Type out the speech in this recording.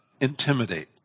intimidate